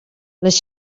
les